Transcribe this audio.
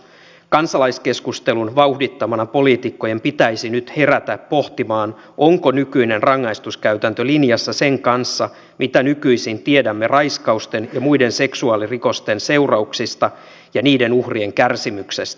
kansalaiskeskustelun vauhdittamana poliitikkojen pitäisi nyt herätä pohtimaan onko nykyinen rangaistuskäytäntö linjassa sen kanssa mitä nykyisin tiedämme raiskausten ja muiden seksuaalirikosten seurauksista ja niiden uhrien kärsimyksestä